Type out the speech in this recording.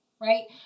right